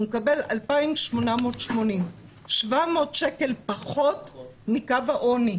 הוא מקבל 2,880. 700 שקל פחות מקו העוני.